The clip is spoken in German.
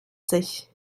sich